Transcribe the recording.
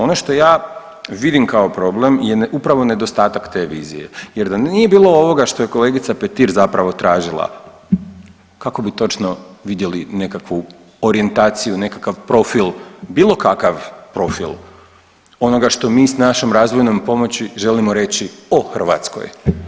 Ono što ja vidim kao problem je upravo nedostatak te vizije jer da nije bilo ovoga što je kolegica Petir zapravo tražila kako bi točno vidjeli nekakvu orijentaciju, nekakav profil bilo kakav profil onoga što mi s našom razvojnom pomoći želimo reći o Hrvatskoj.